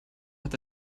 hat